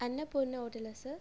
அன்னபூர்ணா ஹோட்டலா சார்